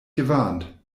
gewarnt